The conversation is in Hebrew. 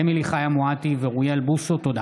אמילי חיה מואטי ואוריאל בוסו בנושא: צמצום טיפולי